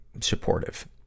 Supportive